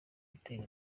utera